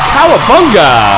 Cowabunga